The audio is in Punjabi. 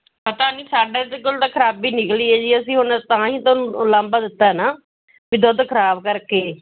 ਪਤਾ ਨਹੀਂ ਸਾਡੇ ਕੋਲ ਤਾਂ ਖ਼ਰਾਬੀ ਨਿਕਲੀ ਆ ਜੀ ਅਸੀਂ ਹੁਣ ਤਾਂ ਹੀ ਤੁਹਾਨੂੰ ਉਲਾਂਭਾ ਦਿੱਤਾ ਹੈ ਨਾ ਵੀ ਦੁੱਧ ਖ਼ਰਾਬ ਕਰਕੇ